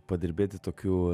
padirbėti tokių